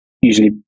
usually